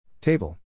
Table